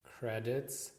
credits